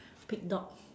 pig dog